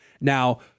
Now